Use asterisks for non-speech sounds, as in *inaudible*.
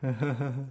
*laughs*